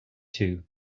two